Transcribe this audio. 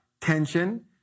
Tension